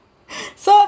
so